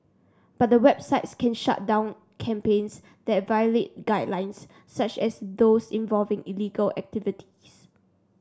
but the websites can shut down campaigns that violate guidelines such as those involving illegal activities